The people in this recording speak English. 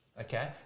okay